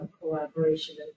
collaboration